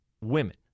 women